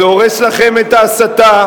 זה הורס לכם את ההסתה,